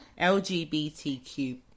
lgbtq